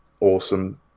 awesome